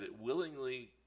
willingly